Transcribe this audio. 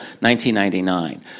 1999